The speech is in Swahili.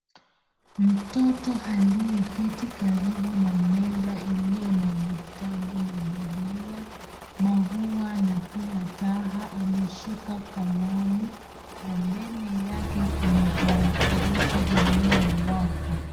Mtoto aliye keti karibu na meza iliyo na vitabu na bibilia maua na pia taa ameshika kalamu na mbele yake kuna tarakilishi iliyo waka.